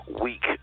week